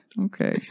Okay